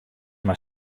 mei